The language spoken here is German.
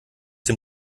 dem